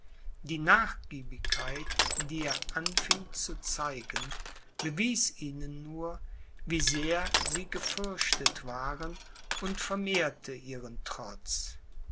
die nachgiebigkeit die er anfing zu zeigen bewies ihnen nur wie sehr sie gefürchtet waren und vermehrte ihren trotz